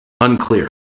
unclear